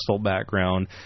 background